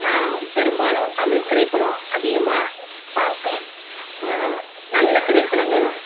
நான் பெரும்பாலும் தமிழ் திரைப்படம் அதிகமாக பார்ப்பேன் நல்ல திரைப்படங்கள்